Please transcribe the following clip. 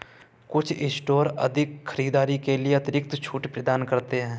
कुछ स्टोर अधिक खरीदारी के लिए अतिरिक्त छूट प्रदान करते हैं